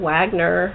Wagner